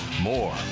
more